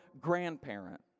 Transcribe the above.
grandparent